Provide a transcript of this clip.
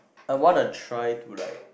I want to try to like